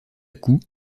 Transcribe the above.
coup